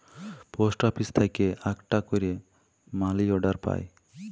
post office থেক্যে আকটা ক্যারে মালি অর্ডার পায়